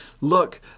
Look